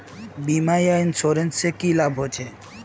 बीमा या इंश्योरेंस से की लाभ होचे?